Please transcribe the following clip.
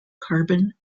carbon